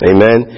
Amen